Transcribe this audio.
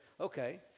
okay